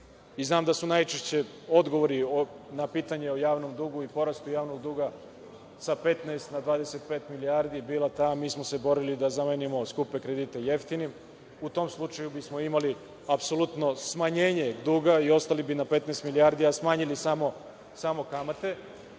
i znam da su najčešće odgovori na pitanje o javnom dugu i porastu javnog duga sa 15 na 25 milijardi bila ta – mi smo se borili da zamenimo skupe kredite jeftinim, u tom slučaju bismo imali apsolutno smanjenje duga i ostali bismo na 15 milijardi, a smanjili samo kamate,